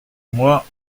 moi